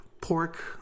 pork